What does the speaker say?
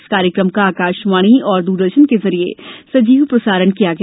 इस कार्यक्रम का आकाशवाणी और द्रदर्शन के जरिए सजीव प्रसारण किया गया